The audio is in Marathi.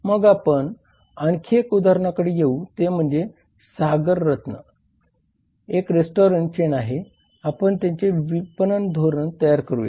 मग आपण आणखी एका उदाहरणाकडे येऊ ते म्हणजे सागर रत्न एक रेस्टॉरंट चेन आहे आपण त्याचे विपणन धोरण तयार करूया